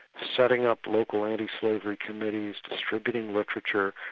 setting up local anti-slavery committees, distributing literature,